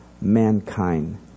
mankind